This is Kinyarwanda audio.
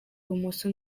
bumoso